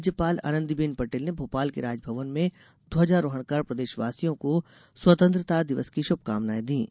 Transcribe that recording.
राज्यपाल आनंदीबेन पटेल ने भोपाल के राजभवन में ध्वजारोहण कर प्रदेशवासियों को स्वतंत्रता दिवस की शुभकामनाएं दीं